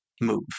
move